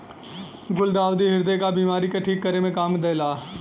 गुलदाउदी ह्रदय क बिमारी के ठीक करे में काम देला